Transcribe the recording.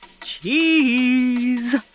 Cheese